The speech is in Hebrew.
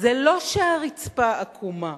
זה לא שהרצפה עקומה,